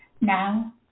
Now